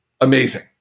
amazing